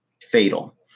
fatal